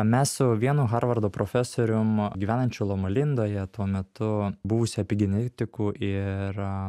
mes su vienu harvardo profesorium gyvenančiu loma lindoja tuo metu buvusiu epigetiku ir